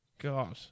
God